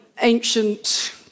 ancient